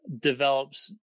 develops